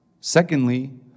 Secondly